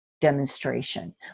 demonstration